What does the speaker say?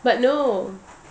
but no